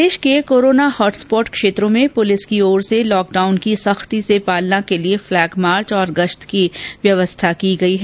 प्रदेश के corona hotspot क्षेत्रों में पुलिस की ओर से लॉकडाउन की सख्ती से पालना के लिए फ्लैग मार्च और गश्त की व्यवस्था की गई है